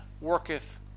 worketh